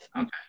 Okay